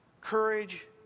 courage